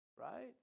Right